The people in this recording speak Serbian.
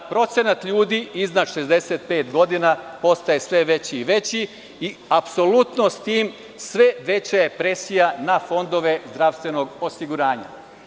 Procenat ljudi iznad 65 godina postaje sve veći i veći i apsolutno s tim sve veća je presija na fondove zdravstvenog osiguranja.